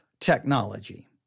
technology